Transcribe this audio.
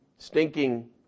stinking